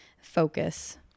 focus